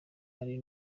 hari